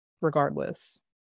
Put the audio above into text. regardless